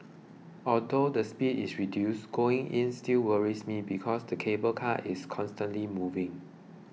although the speed is reduced going in still worries me because the cable car is constantly moving